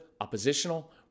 oppositional